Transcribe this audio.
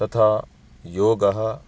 तथा योगः